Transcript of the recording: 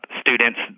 students